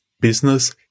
business